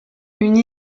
une